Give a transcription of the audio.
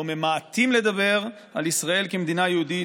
אנחנו ממעיטים לדבר על ישראל כמדינה יהודית